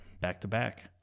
back-to-back